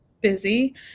busy